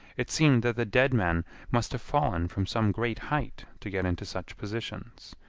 it seemed that the dead men must have fallen from some great height to get into such positions.